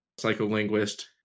psycholinguist